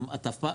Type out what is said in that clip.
גם אתה אף פעם,